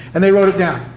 and they wrote it down.